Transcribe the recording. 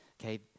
Okay